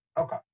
Okay